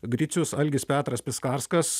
gricius algis petras piskarskas